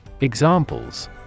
Examples